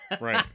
right